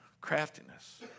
Craftiness